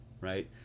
Right